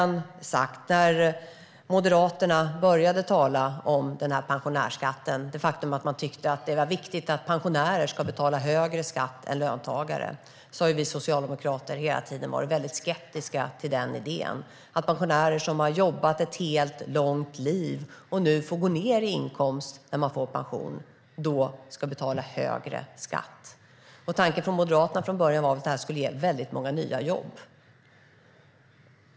När Moderaterna började tala om pensionärsskatten och det faktum att de tyckte att det var viktigt att pensionärer skulle betala högre skatt än löntagare har vi socialdemokrater hela tiden varit väldigt skeptiska till idén att pensionärer som har jobbat ett helt långt liv och får gå ned i inkomst när de får pension ska betala högre skatt. Tanken från Moderaterna var från början att det skulle ge väldigt många nya jobb.